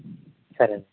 సరే అండి